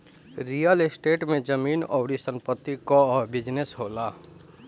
real state में जमीन अउरी संपत्ति कअ बिजनेस होला